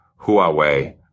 Huawei